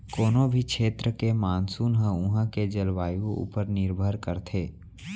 कोनों भी छेत्र के मानसून ह उहॉं के जलवायु ऊपर निरभर करथे